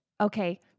Okay